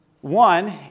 One